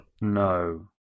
No